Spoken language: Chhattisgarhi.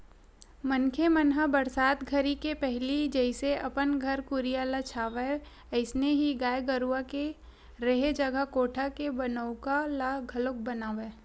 मनखे मन ह बरसात घरी के पहिली जइसे अपन घर कुरिया ल छावय अइसने ही गाय गरूवा के रेहे जघा कोठा के बनउका ल घलोक बनावय